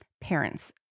parents